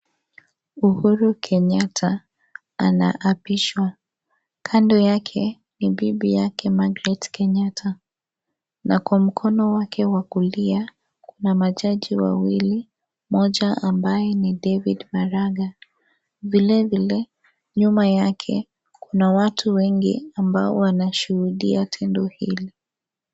Uhuru Kenyatta ana apishwa kando yake ni bibi yake Margaret Kenyatta na kwa mkono wake wa kulia kuna majaji wawili moja ambaye ni David Maraga vile vile nyuma yake kuna watu wengi ambao wanashuhudia tendo hili.